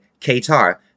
Qatar